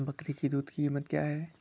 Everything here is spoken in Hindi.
बकरी की दूध की कीमत क्या है?